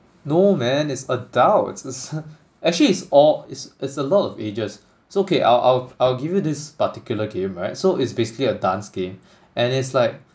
no man it's adults it's actually it's all it's it's a lot of ages so okay I'll I'll I'll give you this particular game right so it's basically a dance game and it's like